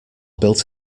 built